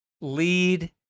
lead